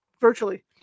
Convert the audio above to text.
virtually